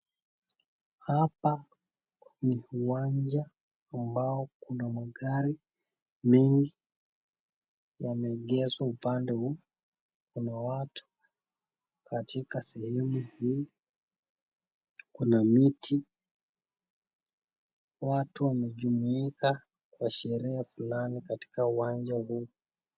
Hapa ni uwanja ambao kuna magari menhi yameegeshwa upande. Kuna watu katika sehemu hii, kuna miti watu wamejumuika kwa sherehe fulani katika uwanja huu.